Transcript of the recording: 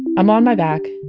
i'm on my back,